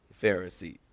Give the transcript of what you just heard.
Pharisees